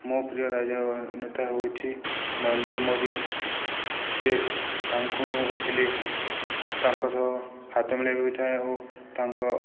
ମୋ ପ୍ରିୟ ରାଜ ନେତା ହେଉଛି ନରେେନ୍ଦ୍ର ମୋଦି ସେ ତାଙ୍କୁ ମୁଁ ଭେଟିଲେ ତାଙ୍କ ସହ ହାତ ମିଳେଇ ହୋଇଥାଏ ଓ ତାଙ୍କ